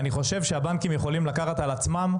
אני חושב שהבנקים יכולים לקחת על עצמם,